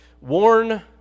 Warn